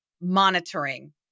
monitoring